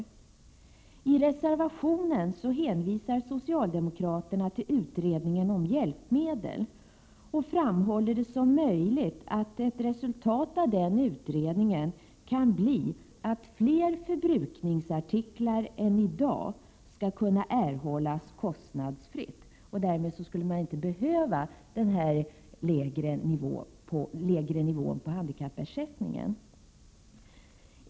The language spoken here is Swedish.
I sin reservation hänvisar socialdemokraterna till utredningen om hjälpmedel och framhåller det som möjligt att ett resultat av den utredningen kan bli att fler förbrukningsartiklar än i dag skall kunna erhållas kostnadsfritt. Därmed skulle man inte behöva denna lägre nivå på handikappersättningen.